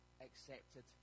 accepted